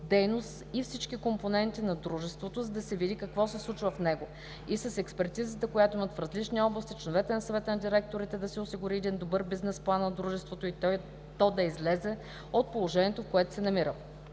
дейност и всички компоненти на дружеството, за да се види какво се случва в него, и с експертизата, която имат в различни области членовете на Съвета на директорите, да се осигури един добър бизнес план на дружеството и то да излезе от положението, в което се намира.